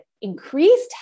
increased